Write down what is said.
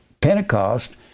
Pentecost